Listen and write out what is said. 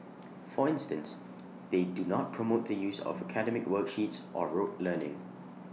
for instance they do not promote the use of academic worksheets or rote learning